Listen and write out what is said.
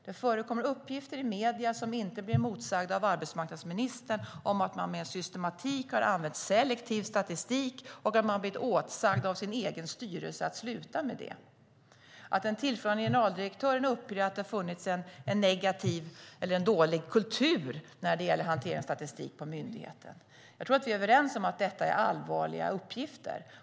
Det förekommer uppgifter i medierna, som inte blir motsagda av arbetsmarknadsministern, om att man med en systematik har använt selektiv statistik och att man har blivit åtsagd av sin egen styrelse att sluta med det och om att den tillförordnade generaldirektören har upplevt att det har funnits en dålig kultur när det gäller hanteringen av statistik på myndigheten. Jag tror att vi är överens om att detta är allvarliga uppgifter.